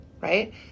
right